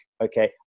Okay